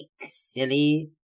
silly